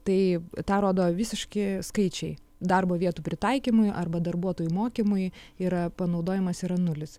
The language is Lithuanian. tai tą rodo visiški skaičiai darbo vietų pritaikymui arba darbuotojų mokymui yra panaudojamas yra nulis